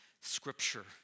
Scripture